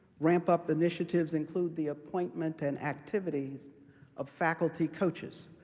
ramp-up initiatives include the appointment and activities of faculty coaches,